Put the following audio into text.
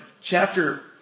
chapter